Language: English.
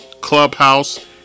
Clubhouse